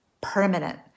permanent